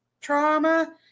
trauma